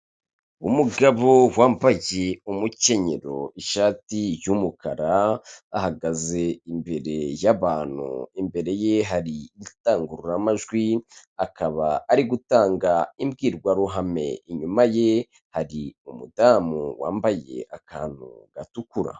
Umugabo wambaye umukenyero ishati y'umukara ahagaze imbere y'abantu, imbere ye hari indangururamajwi akaba ari gutanga imbwirwaruhame, inyuma ye hari umudamu wambaye akantu gatukura.